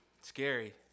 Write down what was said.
scary